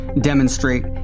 Demonstrate